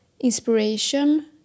inspiration